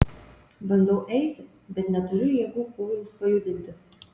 bandau eiti bet neturiu jėgų kojoms pajudinti